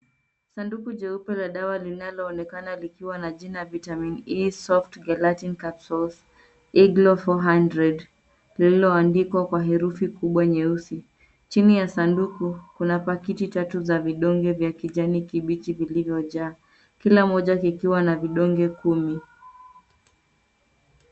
Sanduku jeupe la dawa linaloonekana likiwa na jina Vitamin E Soft Gelatin Capsules Eglow Four Hundred lililoandikwa kwa herufi kubwa nyeusi. Chini ya sanduku, kuna pakiti tatu za vidonge za kijani kibichi vilivyojaa. Kila moja kikiwa na vidonge kumi.